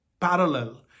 parallel